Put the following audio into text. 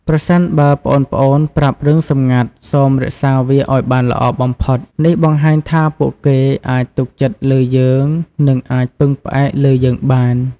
ប្រសិនបើប្អូនៗប្រាប់រឿងសម្ងាត់ សូមរក្សាវាឲ្យបានល្អបំផុត។ នេះបង្ហាញថាពួកគេអាចទុកចិត្តលើយើង និងអាចពឹងផ្អែកលើយើងបាន។